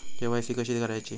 KYC कशी करायची?